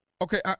Okay